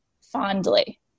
fondly